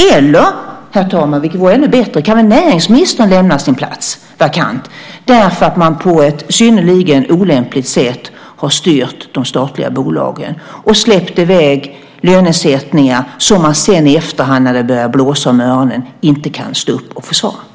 Eller också, vilket vore ännu bättre, kan väl näringsministern lämna sin plats vakant eftersom de statliga bolagen styrts på ett synnerligen olämpligt sätt och lönesättningarna släppts i väg, något som man i efterhand, när det börjar blåsa om öronen, inte kan stå upp och försvara.